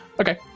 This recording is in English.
okay